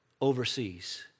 overseas